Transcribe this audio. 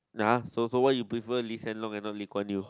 nah !huh! so so why you prefer Lee-Hsien-Loong and not Lee-Kuan-Yew